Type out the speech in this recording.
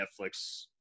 Netflix